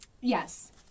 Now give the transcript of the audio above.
Yes